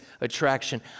attraction